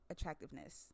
attractiveness